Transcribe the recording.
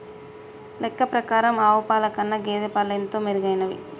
లెక్క ప్రకారం ఆవు పాల కన్నా గేదె పాలు ఎంతో మెరుగైనవి